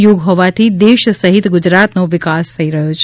યુગ હોવાથી દેશ સહિત ગુજરાતનો વિકાસ થઈ રહ્યો છે